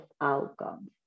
outcomes